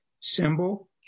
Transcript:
symbol